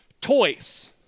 Toys